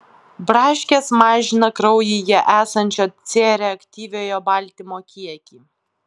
braškės mažina kraujyje esančio c reaktyviojo baltymo kiekį